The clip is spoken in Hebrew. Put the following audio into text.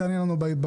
תעני לנו בוועדה.